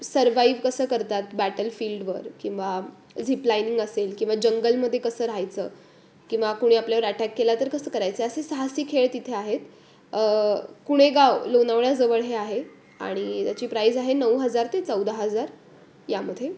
survive कसं करतात बॅटलफील्डवर किंवा झिप लाईनिंग असेल किंवा जंगलमध्ये कसं राहायचं किंवा कुणी आपल्यावर अटॅक केला तर कसं करायचं असे साहसी खेळ तिथे आहेत कुणेगाव लोणावळ्याजवळ हे आहे आणि त्याची प्राईज आहे नऊ हजार ते चौदा हजार यामध्ये